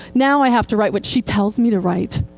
now i have to write what she tells me to write.